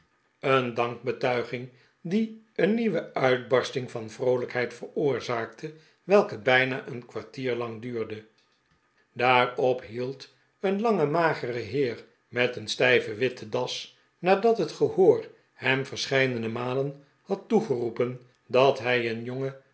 een dankbetuiging die een nieuwe uitbarsting van vroolijkheid veroorzaakte welke bijna een kwartier lang duurde daarop hield een lange magere heer met een stijve witte das nadat het gehoor hem verscheidene malen had toegeroepen dat hij een jongen